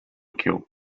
kill